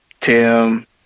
Tim